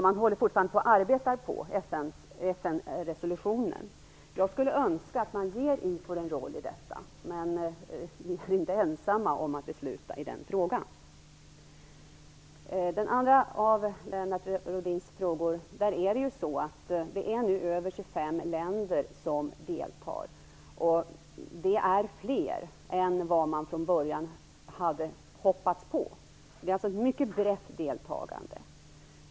Man håller fortfarande på och arbetar på FN-resolutionen. Jag skulle önska att man ger IFOR en roll i detta. Men vi är inte ensamma om att besluta i den frågan. Beträffande den andra av Lennart Rohdins frågor vill jag säga att det nu är över 25 länder som deltar. Det är fler än man från början hade hoppats på. Det är ett mycket brett deltagande.